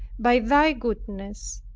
by thy goodness,